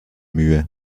mühe